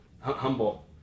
Humble